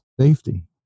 safety